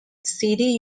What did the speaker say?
city